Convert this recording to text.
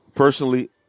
Personally